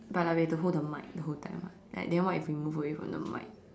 but like we have to hold the mic the whole time [what] then then what if we move away from the mic